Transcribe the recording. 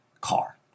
car